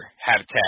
habitat